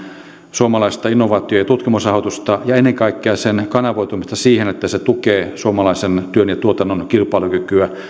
suomalaista innovaatio ja tutkimusrahoitusta ja ennen kaikkea sen kanavoitumista siihen että se tukee suomalaisen työn ja tuotannon kilpailukykyä